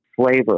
flavor